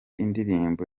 indirimbo